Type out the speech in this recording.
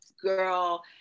girl